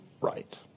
right